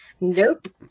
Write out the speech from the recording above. Nope